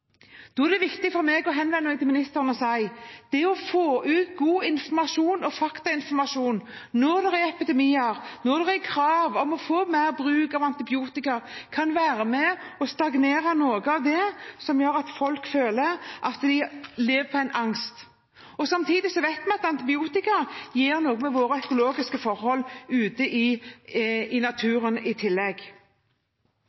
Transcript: Da er det viktig for meg å henvende meg til ministeren og si: Det å få ut god faktainformasjon når det er epidemier, og når det er krav om å få mer bruk av antibiotika, kan være med på å stagnere noe av det som gjør at folk føler at de lever i angst. I tillegg vet vi at antibiotika gjør noe med våre økologiske forhold i naturen. Jeg har lyst til å ta tak i